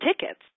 tickets